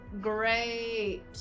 great